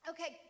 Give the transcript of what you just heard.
Okay